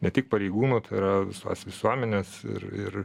ne tik pareigūnų yra visos visuomenės ir ir